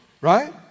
Right